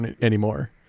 anymore